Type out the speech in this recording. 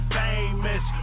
famous